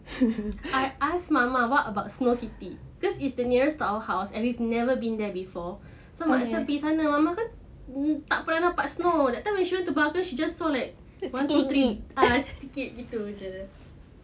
I ask mama what about snow city because it's the nearest to our house and we have never been there before so might as well pergi sana mama kata tak pernah nampak snow that time she went to bugger she just saw like one to three ah sikit gitu jer